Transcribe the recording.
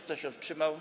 Kto się wstrzymał?